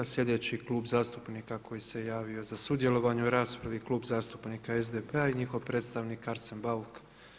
Sljedeći klub zastupnika koji se javio za sudjelovanje u raspravi je Klub zastupnika SDP-a i njihov predstavnik Arsen Bauk.